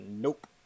Nope